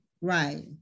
Right